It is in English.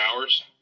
hours